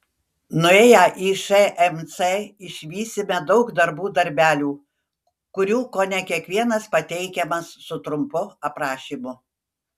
nuėję į šmc išvysime daug darbų darbelių kurių kone kiekvienas pateikiamas su trumpu aprašymu